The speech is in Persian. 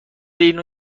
اینو